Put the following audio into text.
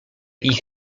ich